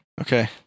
Okay